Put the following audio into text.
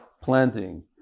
Planting